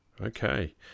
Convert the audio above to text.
okay